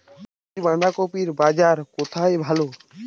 সবুজ ফুলকপির বাজার কোথায় ভালো?